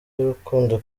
y’urukundo